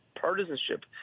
partisanship